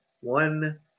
one